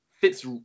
fits